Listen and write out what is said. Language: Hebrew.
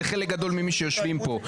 זה חלק גדול ממי שיושבים פה.